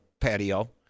patio